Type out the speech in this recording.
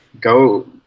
go